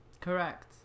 Correct